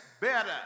better